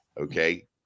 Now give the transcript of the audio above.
Okay